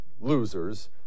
losers